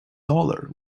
dollar